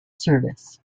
service